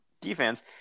defense